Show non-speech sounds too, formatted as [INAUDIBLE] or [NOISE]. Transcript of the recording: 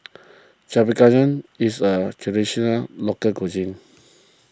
[UNINTELLIGIBLE] is a Traditional Local Cuisine [NOISE]